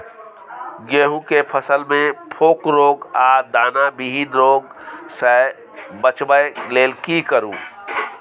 गेहूं के फसल मे फोक रोग आ दाना विहीन रोग सॅ बचबय लेल की करू?